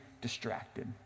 distracted